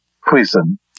prison